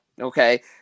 okay